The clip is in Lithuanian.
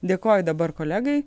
dėkoju dabar kolegai